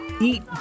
Eat